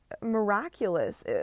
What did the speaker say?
miraculous